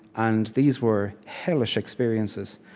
and these were hellish experiences.